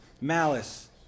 malice